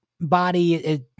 body